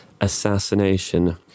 assassination